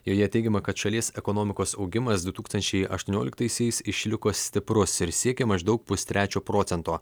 joje teigiama kad šalies ekonomikos augimas du tūkstančiai aštuonioliktaisiais išliko stiprus ir siekė maždaug pustrečio procento